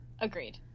agreed